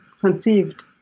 conceived